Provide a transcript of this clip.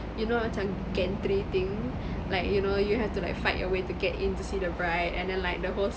you know macam gantry thing like you know you have to like fight your way to get in to see the bride and then like the whole